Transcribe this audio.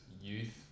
youth